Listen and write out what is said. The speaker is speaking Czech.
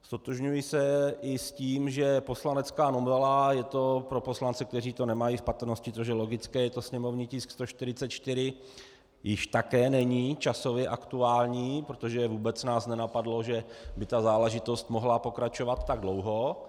Ztotožňuji se i s tím, že poslanecká novela, je to pro poslance, kteří to nemají v patrnosti, což je logické, je to sněmovní tisk 144, již také není časově aktuální, protože vůbec nás nenapadlo, že by ta záležitost mohla pokračovat tak dlouho.